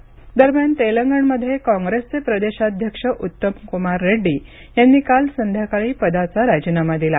तेलंगणा राजीनामा तेलंगणमध्ये काँग्रेसचे प्रदेशाध्यक्ष उत्तम कुमार रेड्डी यांनी काल संध्याकाळी पदाचा राजीनामा दिला